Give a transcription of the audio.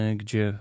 gdzie